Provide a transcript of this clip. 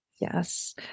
Yes